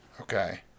Okay